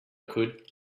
could